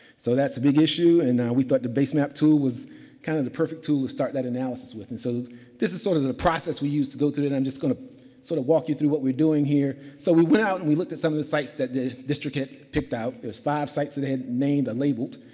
so, that's a big issue. and we thought the base map tool was kind of the perfect tool to start that analysis with. and so this is sort of the the process we used to go through it. and i'm just going to sort of walk you through what we're doing here. so, we went out and we looked at some of the sites that the district had picked out. there was five sites that they had named and labeled.